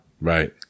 right